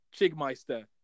chigmeister